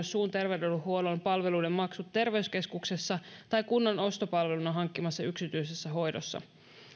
suun terveydenhuollon palveluiden maksut terveyskeskuksessa tai kunnan ostopalveluna hankkimassa yksityisessä hoidossa